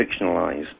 fictionalized